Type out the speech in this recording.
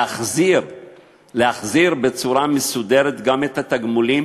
להחזיר בצורה מסודרת גם את התגמולים